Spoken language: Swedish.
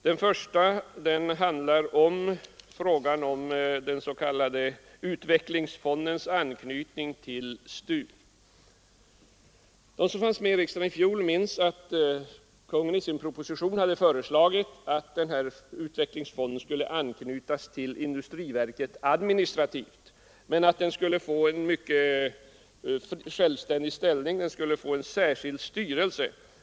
Den första handlar om den s.k. utvecklingsfondens anknytning till STU. De som satt med i riksdagen i fjol minns kanske att kungen i sin proposition hade föreslagit att utvecklingsfonden skulle anknytas till industriverket administrativt men att den skulle få en mycket självständig ställning och en särskild styrelse.